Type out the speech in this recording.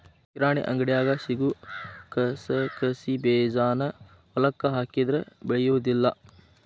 ಕಿರಾಣಿ ಅಂಗಡ್ಯಾಗ ಸಿಗು ಕಸಕಸಿಬೇಜಾನ ಹೊಲಕ್ಕ ಹಾಕಿದ್ರ ಬೆಳಿಯುದಿಲ್ಲಾ